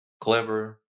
clever